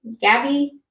Gabby